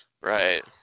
Right